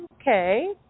Okay